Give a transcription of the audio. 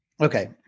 okay